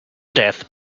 death